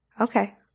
Okay